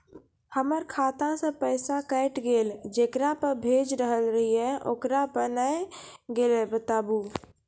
हमर खाता से पैसा कैट गेल जेकरा पे भेज रहल रहियै ओकरा पे नैय गेलै बताबू?